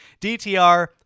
DTR